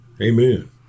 amen